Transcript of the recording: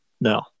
No